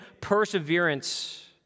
perseverance